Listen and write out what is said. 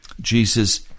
Jesus